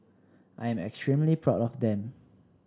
I am extremely proud of them